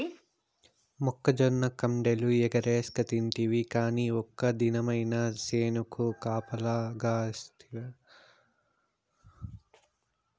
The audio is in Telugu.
మొక్కజొన్న కండెలు ఎగరేస్కతింటివి కానీ ఒక్క దినమైన చేనుకు కాపలగాస్తివా